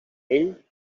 ell